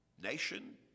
nation